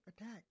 attack